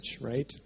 right